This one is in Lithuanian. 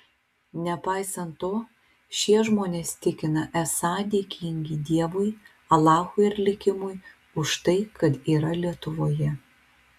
nepaisant to šie žmonės tikina esą dėkingi dievui alachui ar likimui už tai kad yra lietuvoje